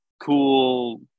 cool